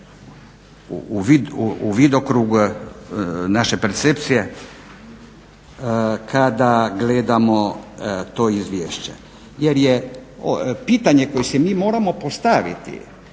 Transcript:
u vidokrug naše percepcije kada gledamo to izvješće jer je pitanje koje si mi moramo postaviti